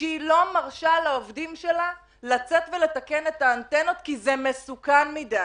שהיא לא מרשה לעובדים שלה לצאת ולתקן את האנטנות כי זה מסוכן מדי,